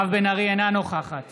אינה נוכחת